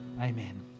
Amen